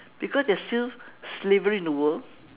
because there is still slavery in the world